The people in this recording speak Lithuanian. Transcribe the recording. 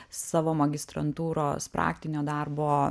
savo magistrantūros praktinio darbo